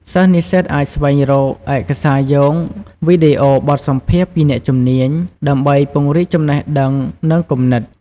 សិស្សនិស្សិតអាចស្វែងរក ឯកសារយោង វីដេអូបទសម្ភាសន៍ពីអ្នកជំនាញ ដើម្បីពង្រីកចំណេះដឹង និងគំនិត។